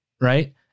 right